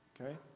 Okay